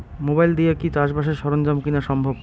Mobile দিয়া কি চাষবাসের সরঞ্জাম কিনা সম্ভব?